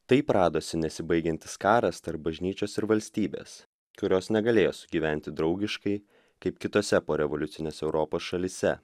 taip radosi nesibaigiantis karas tarp bažnyčios ir valstybės kurios negalėjo sugyventi draugiškai kaip kitose porevoliucinės europos šalyse